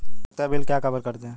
उपयोगिता बिल क्या कवर करते हैं?